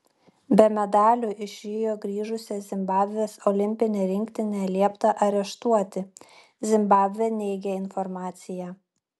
be medalių iš rio grįžusią zimbabvės olimpinę rinktinę liepta areštuoti zimbabvė neigia informaciją